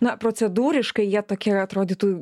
na procedūriškai jie tokie atrodytų